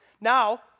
Now